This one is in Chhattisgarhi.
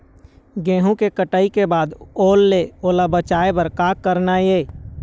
गेहूं के कटाई के बाद ओल ले ओला बचाए बर का करना ये?